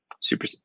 Super